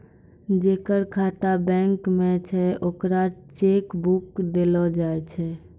जेकर खाता बैंक मे छै ओकरा चेक बुक देलो जाय छै